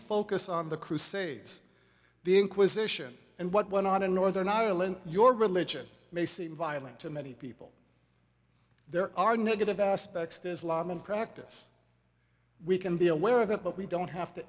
focus on the crusades the inquisition and what went on in northern ireland your religion may seem violent to many people there are negative aspects to islam and practice we can be aware of it but we don't have to